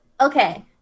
okay